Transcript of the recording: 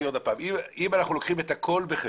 אנחנו לוקחים את הכול בחשבון,